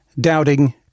Doubting